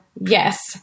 yes